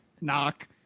knock